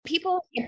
People